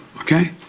okay